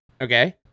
Okay